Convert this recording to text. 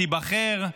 תיבחר,